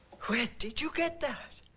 where did you get that?